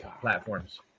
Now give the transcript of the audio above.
platforms